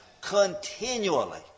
continually